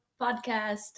podcast